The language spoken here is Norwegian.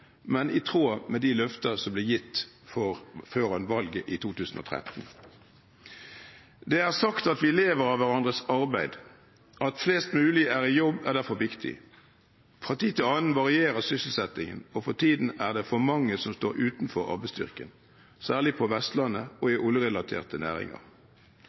men i tråd med de løfter som ble gitt foran valget i 2013. Det er sagt at vi lever av hverandres arbeid. At flest mulig er i jobb, er derfor viktig. Fra tid til annen varierer sysselsettingen, og for tiden er det for mange som står utenfor arbeidsstyrken – særlig på Vestlandet og i oljerelaterte næringer.